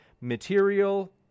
material